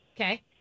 Okay